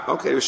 Okay